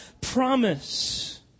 promise